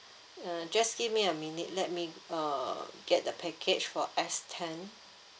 uh just give me a minute let me uh get the package for S ten